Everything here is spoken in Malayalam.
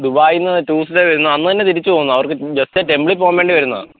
ദുബായീന്ന് ടൂസ്ഡേ വരുന്നു അന്ന് തന്നെ തിരിച്ച് പോകുന്നു അവര്ക്ക് ജെസ്റ്റാ ടെമ്പിളിപ്പോവാന് വേണ്ടി വരുന്നതാണ്